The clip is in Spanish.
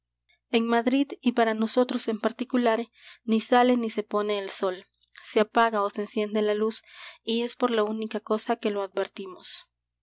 en madrid y para nosotros en particular ni sale ni se pone el sol se apaga ó se enciende la luz y es por la única cosa que lo advertimos